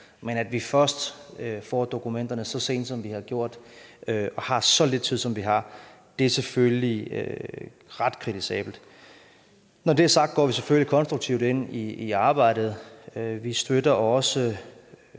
men at vi først får dokumenterne så sent, som vi har gjort, og har så lidt tid, som vi har, er selvfølgelig ret kritisabelt. Når det er sagt, går vi selvfølgelig konstruktivt ind i arbejdet. Vi støtter også